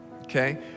okay